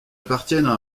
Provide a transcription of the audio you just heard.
appartiennent